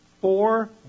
four